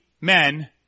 men